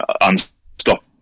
unstoppable